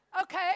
Okay